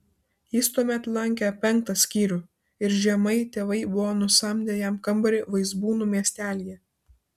jis tuomet lankė penktą skyrių ir žiemai tėvai buvo nusamdę jam kambarį vaizbūnų miestelyje